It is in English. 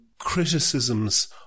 criticisms